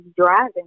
driving